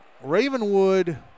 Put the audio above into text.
Ravenwood